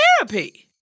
Therapy